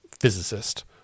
physicist